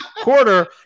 quarter